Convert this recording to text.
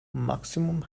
maximum